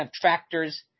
tractors